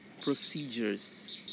procedures